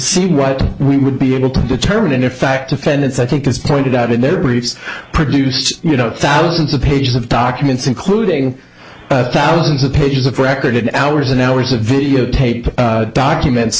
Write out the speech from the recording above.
see what we would be able to determine in their fact defendants i think is pointed out in their briefs produced you know thousands of pages of documents including thousands of pages of record hours and hours of videotape documents